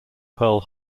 pearl